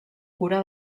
cura